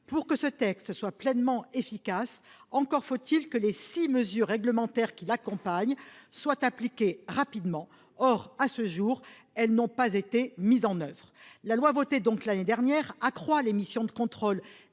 pour que ce texte soit pleinement efficace, encore faut il que les six mesures réglementaires qui l’accompagnent soient appliquées rapidement… Or, à ce jour, elles n’ont pas été mises en œuvre. La loi votée l’année dernière accroît les missions de contrôle